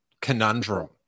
conundrum